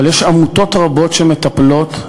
אבל יש עמותות רבות שמטפלות.